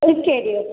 أزۍ کے ڈیٹ